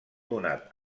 donat